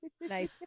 Nice